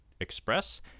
Express